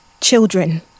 children